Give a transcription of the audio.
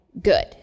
good